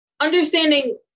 understanding